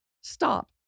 Stop